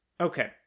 Okay